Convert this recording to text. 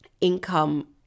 income